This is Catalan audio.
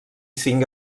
cinc